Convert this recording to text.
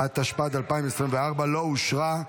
(הוראת שעה), התשפ"ד 2024, לא נתקבלה.